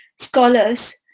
scholars